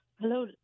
Hello